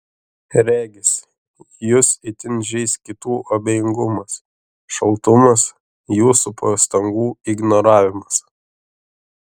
regis jus itin žeis kitų abejingumas šaltumas jūsų pastangų ignoravimas